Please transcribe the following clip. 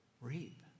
Reap